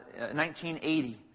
1980